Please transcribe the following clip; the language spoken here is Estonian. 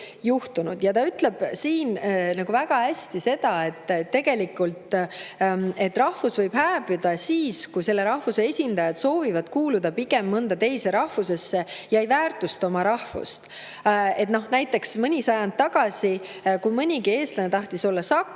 Ta ütleb väga hästi, et rahvus võib hääbuda siis, kui selle rahvuse esindajad soovivad kuuluda pigem mõnda teise rahvusesse ja ei väärtusta oma rahvust. Näiteks mõni sajand tagasi, kui nii mõnigi eestlane tahtis olla saks,